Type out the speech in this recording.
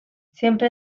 siempre